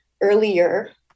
earlier